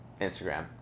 Instagram